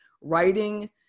writing